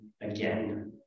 again